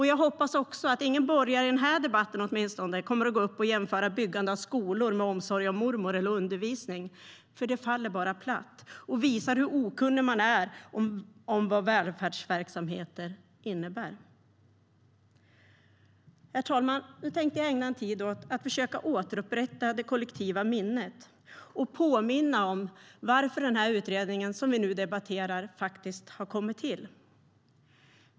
Jag hoppas att ingen borgare, åtminstone inte i den här debatten, kommer att jämföra byggandet av skolor med omsorg om mormor eller undervisning. Det faller bara platt och visar hur okunnig man är om vad välfärdsverksamheter innebär. Herr talman! Nu tänker jag ägna tid åt att försöka återupprätta det kollektiva minnet och påminna om varför utredningen som vi nu debatterar har kommit till.